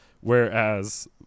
Whereas